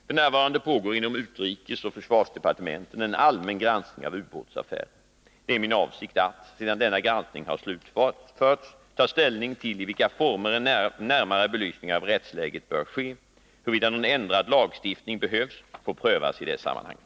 F. n. pågår inom utrikesoch försvarsdepartementen en allmän granskning av ubåtsaffären. Det är min avsikt att, sedan denna granskning har slutförts, ta ställning till i vilka former en närmare belysning av rättsläget bör ske. Huruvida någon ändrad lagstiftning behövs får prövas i det sammanhanget.